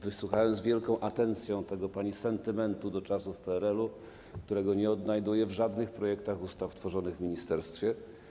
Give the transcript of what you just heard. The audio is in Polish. Wysłuchałem z wielką atencją tego pani sentymentu do czasów PRL-u, którego nie odnajduję w żadnych projektach ustaw tworzonych w ministerstwie.